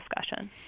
discussion